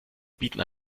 bieten